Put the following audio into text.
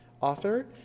author